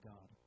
God